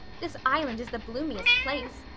this island is the bloomiest place.